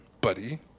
buddy